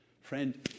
Friend